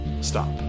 Stop